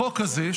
החוק הזה,